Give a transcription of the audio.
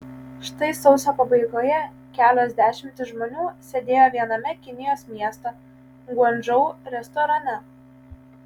štai sausio pabaigoje kelios dešimtys žmonių sėdėjo viename kinijos miesto guangdžou restorane